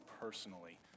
personally